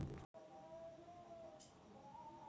bank regulation business हिसाबेँ बहुत रास भाग मे बाँटल जाइ छै